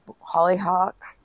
hollyhock